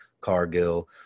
Cargill